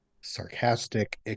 sarcastic